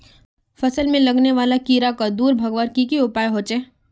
फसल में लगने वाले कीड़ा क दूर भगवार की की उपाय होचे?